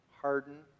harden